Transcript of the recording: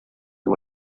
amb